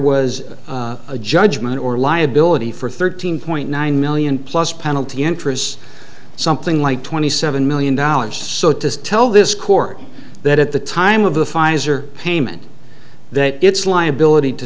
was a judgment or liability for thirteen point nine million plus penalty interests something like twenty seven million dollars so it does tell this court that at the time of the fines or payment that its liability to